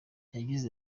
yagize